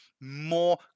more